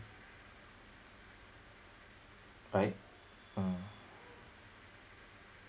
right mm